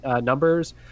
numbers